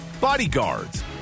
Bodyguards